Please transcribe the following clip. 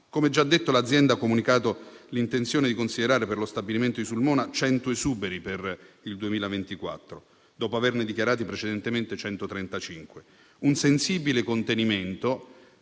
Come già detto, l'azienda ha comunicato l'intenzione di considerare, per lo stabilimento di Sulmona, 100 esuberi nel 2024, dopo averne dichiarati precedentemente 135; un sensibile contenimento